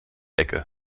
ecke